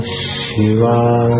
Shiva